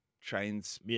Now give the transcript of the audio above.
trains